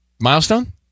milestone